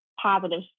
positive